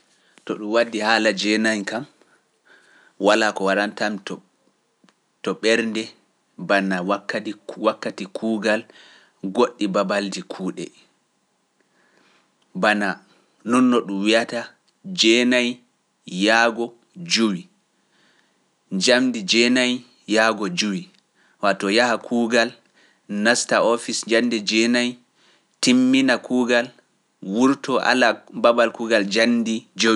To ɗum waddi haala jeenayi kam, walaa ko waranta yam to- to ɓernde bana wakkati kuug- wakkati kuugal goɗɗi babalji kuuɗe. Bana non no ɗum wi'ata jeenayi yahgo jowi. Njamndi jeenayi yahgo jowi, waato yaha kuugal, nasta oofis njamndi jeenayi, timmina kuugal, wurtoo ala babal kuugal njamndi jowi.